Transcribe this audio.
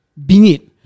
Bingit